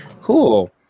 Cool